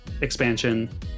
expansion